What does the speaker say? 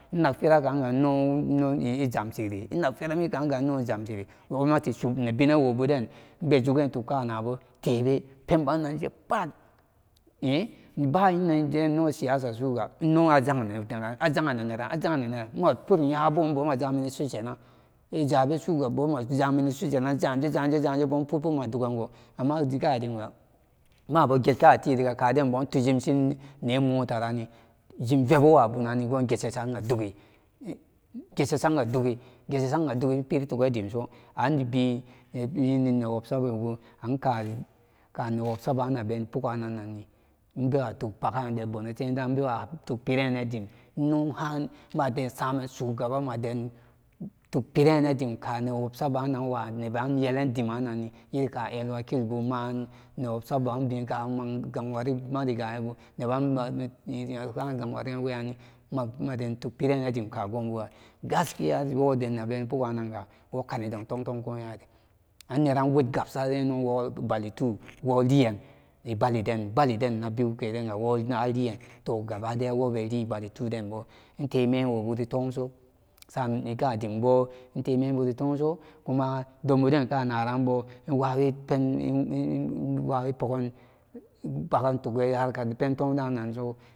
Inag fira kaga inno ijamsiri inag ferami kaga ino ijamshiri gomnati nebenanwo buden ibe jugen tukkanana mateso penba nanje pat iba yinanni siyasasuga ino azaye nen neran ajayenen neran iwo purom nyabun bóóma saranisu gena ijabe suga buni ijamenesu gena igamenesu gena izaje izaje zaje bóón putput madugan go amma gadimga mabo get katiriga kaden bun tujimshi nemotaranni jimvebuwa buna shesanga dugi geshe sanga dugi geshesanga dugi piri tugan dimso anbi newobsawobu anka newobsa baga abenni pooganni ibawa tug pagade bono temda ibewa tuk pire ne dim ino han maden samen shugaban madon pirenedim káán newobsana woba neban iyelen dimmanini ka el wakilba man gang-wari marigayebu ma gang-wariran weyanni maden tuk pirenadim ka gwobuga gaskiya woden nabenni póóganga wokanidan tong tong ko kyari anneran wodgabsa inwo bali two woliyan balidan balidenna biyukega woliyan woliyanga gaba daya wobeli bali two denbo intemewoburi tumso sananga dimbo membu tumtumso danbuden kanaranbo iwawipen inwawi pasan tugi harkadaso.